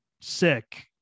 sick